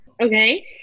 okay